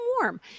warm